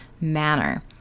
manner